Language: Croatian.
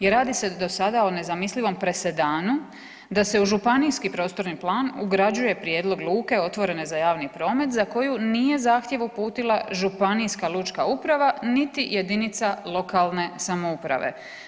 I radi se sada o nezamislivom presedanu da se u županijski prostorni plan ugrađuje prijedlog luke otvorene za javni promet za koju nije zahtjev uputila županijska lučka uprava niti je jedinica lokalne samouprave.